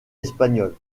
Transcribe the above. espagnole